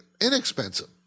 inexpensive